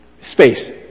SPACE